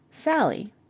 sally.